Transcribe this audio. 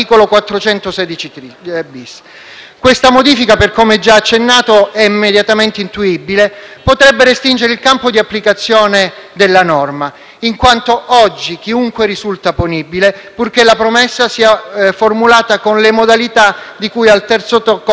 Questa modifica - per quanto già accennato è immediatamente intuibile - potrebbe restringere il campo di applicazione della norma, in quanto, oggi, chiunque risulta punibile, purché la promessa sia formulata con «le modalità di cui al terzo comma dell'articolo 416-*bis*».